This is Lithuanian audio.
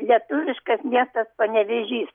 lietuviškas miestas panevėžys